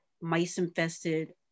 mice-infested